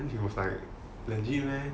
then he was like legit meh